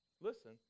Listen